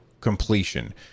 completion